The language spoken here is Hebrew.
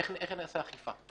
איך נעשה אכיפה?